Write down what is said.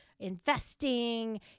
investing